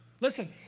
listen